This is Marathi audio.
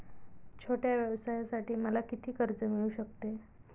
छोट्या व्यवसायासाठी मला किती कर्ज मिळू शकते?